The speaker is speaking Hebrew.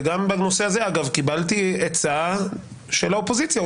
וגם בנושא הזה אגב קיבלתי עצה של האופוזיציה,